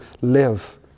live